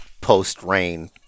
post-rain